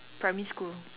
primary school